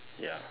ya